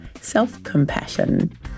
self-compassion